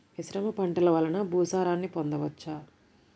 మిశ్రమ పంటలు వలన భూసారాన్ని పొందవచ్చా?